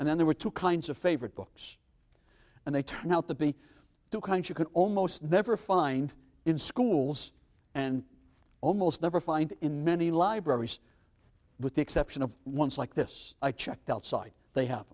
and then there were two kinds of favorite books and they turn out to be two kinds you can almost never find in schools and almost never find in many libraries with the exception of ones like this i checked outside they have